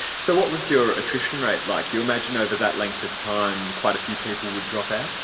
so what was your attrition rate like? you imagine over that length of time quite a few people would drop out.